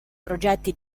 progetti